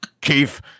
Keith